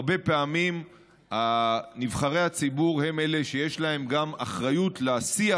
הרבה פעמים נבחרי הציבור הם אלה שיש להם גם אחריות לשיח